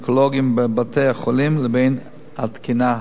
הטיפולים האונקולוגיים בבתי-החולים לבין התקינה הנדרשת.